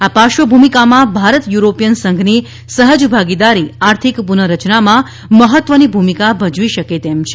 આ પાર્શ્વભૂમિકામાં ભારત યુરોપિયન સંઘની સહજ ભાગીદારી આર્થિક પુનર્રચનામાં મહત્વની ભૂમિકા ભજવી શકે તેમ છે